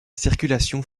circulation